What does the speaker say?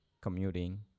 commuting